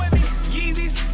Yeezys